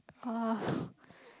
uh